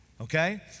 okay